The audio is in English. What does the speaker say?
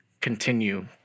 continue